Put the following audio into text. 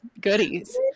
goodies